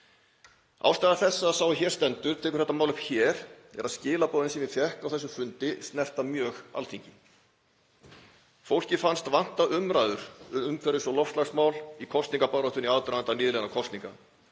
Ástæða þess að sá er hér stendur tekur þetta mál upp hér er að skilaboðin sem ég fékk á þessum fundi snerta mjög Alþingi. Fólki fannst vanta umræður um umhverfis- og loftslagsmál í kosningabaráttunni í aðdraganda nýliðinna kosninga